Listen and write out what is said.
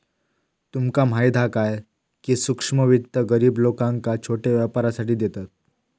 तुमका माहीत हा काय, की सूक्ष्म वित्त गरीब लोकांका छोट्या व्यापारासाठी देतत